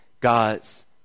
God's